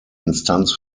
instanz